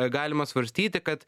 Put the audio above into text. galima svarstyti kad